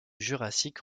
jurassique